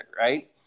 Right